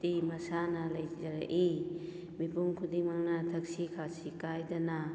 T ꯃꯁꯥꯅ ꯂꯩꯖꯔꯛꯏ ꯃꯤꯄꯨꯝ ꯈꯨꯗꯤꯡꯃꯛꯅ ꯊꯛꯁꯤ ꯈꯥꯁꯤ ꯀꯥꯏꯗꯅ